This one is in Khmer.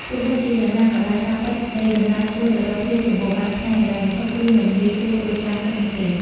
ទោះបីជាយ៉ាងណាក៏ដោយ ការពិតនៃដំណើរឆ្ពោះទៅរកភាពសម្បូរបែបផ្នែកហិរញ្ញវត្ថុ គឺមិនងាយស្រួលដូចការគិតនោះទេ។